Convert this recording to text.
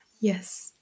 Yes